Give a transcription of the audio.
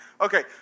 Okay